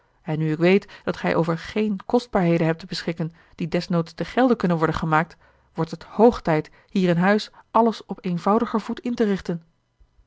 en nu ik weet dat gij over geene kostbaarheden hebt te beschikken die desnoods te gelde kunnen worden gemaakt wordt het hoog tijd hier in huis alles op eenvoudiger voet in te richten